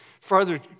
further